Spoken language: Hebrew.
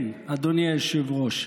כן, אדוני היושב-ראש.